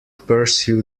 pursue